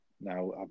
Now